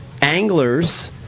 anglers